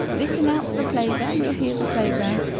listen out for the playground we'll hear the playground.